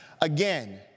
Again